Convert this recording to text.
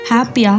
Happy